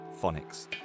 phonics